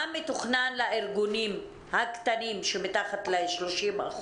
מה מתוכנן לארגונים הקטנים שמתחת ל-30%,